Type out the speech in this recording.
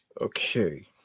Okay